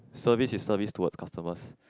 service is service towards customers